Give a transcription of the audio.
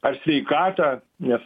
ar sveikatą nes